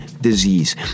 disease